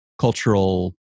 cultural